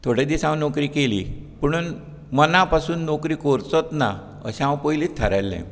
थोडे दीस हांवे नोकरी केली पुणून मना पासून नोकरी करचोत ना अशें हांव पयलींत थारायल्लें